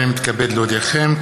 הנני מתכבד להודיעכם,